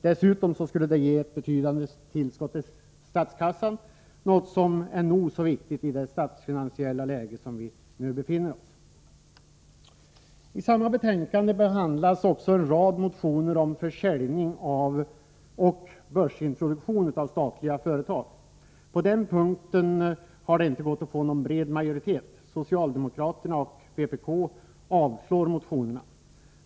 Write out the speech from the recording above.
Dessutom skulle det resultera i ett betydande tillskott till statskassan, något som är nog så viktigt i nuvarande statsfinansiella läge. I samma betänkande behandlas också en rad motioner om försäljning och börsintroduktion av statliga företag. På den punkten har det inte varit möjligt att uppnå en bred majoritet. Socialdemokrater och vpk:are yrkar avslag på motionerna.